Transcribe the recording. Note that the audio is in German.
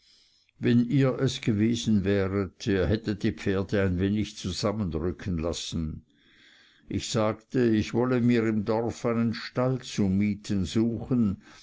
wenn ihr es gewesen wäret ihr hättet die pferde ein wenig zusammenrücken lassen ich sagte ich wolle mir im dorf einen stall zu mieten suchen